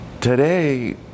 today